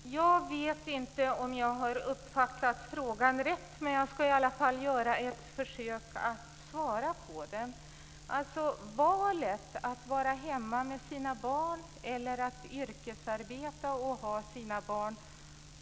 Fru talman! Jag vet inte om jag har uppfattat frågan rätt, men jag ska i varje fall göra ett försök att svara på den. Valet att vara hemma med sina barn eller yrkesarbeta och ha sina barn